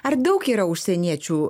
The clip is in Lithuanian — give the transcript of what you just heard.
ar daug yra užsieniečių